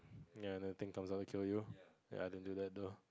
ya nothing comes out to kill you ya didn't do that though